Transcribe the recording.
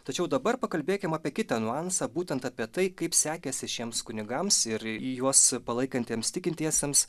tačiau dabar pakalbėkim apie kitą niuansą būtent apie tai kaip sekėsi šiems kunigams ir į juos palaikantiems tikintiesiems